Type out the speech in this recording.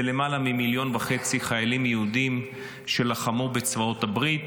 הם למעלה ממיליון וחצי חיילים יהודים שלחמו בצבאות הברית,